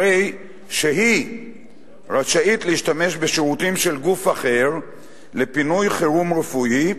הרי שהיא רשאית להשתמש בשירותים של גוף אחר לפינוי חירום רפואי,